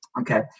Okay